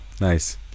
nice